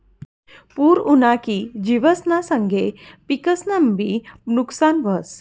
पूर उना की जिवसना संगे पिकंसनंबी नुकसान व्हस